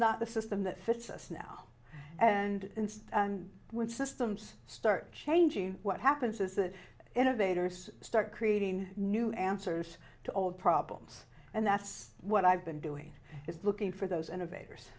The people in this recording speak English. not the system that fits us now and instead when systems start changing what happens is that innovators start creating new answers to old problems and that's what i've been doing is looking for those innovators